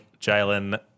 Jalen